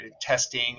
testing